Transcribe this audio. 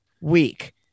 week